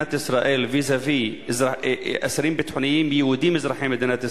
מדינת ישראל vis-à-vis אסירים ביטחוניים יהודים אזרחי מדינת ישראל,